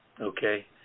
Okay